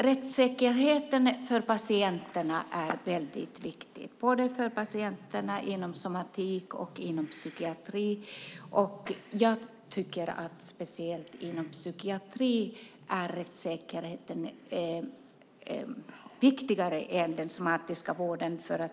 Rättssäkerheten för patienterna är väldigt viktig inom både somatik och psykiatri, och jag tycker att rättssäkerheten är ännu viktigare inom psykiatrin än inom den somatiska vården.